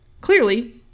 Clearly